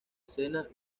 escena